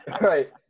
Right